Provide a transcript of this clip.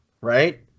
right